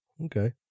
Okay